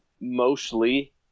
mostly